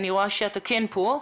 אני רואה שהוא אתנו ב-זום.